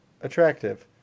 Attractive